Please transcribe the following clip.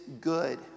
good